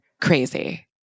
crazy